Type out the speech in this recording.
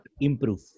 improve